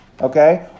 okay